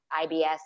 ibs